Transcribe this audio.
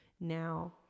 now